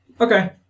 Okay